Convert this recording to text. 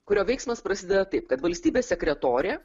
kurio veiksmas prasideda taip kad valstybės sekretorė